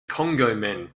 cognomen